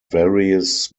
varies